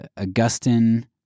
Augustine